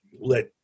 let